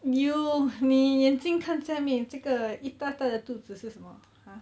you 你眼睛看下面这个一大大的肚子是什么 !huh!